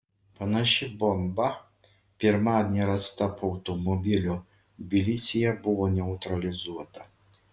panaši bomba pirmadienį rasta po automobiliu tbilisyje buvo neutralizuota